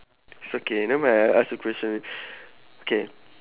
it's okay nevermind I'll ask the question K